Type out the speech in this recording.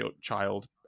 child